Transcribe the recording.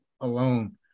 alone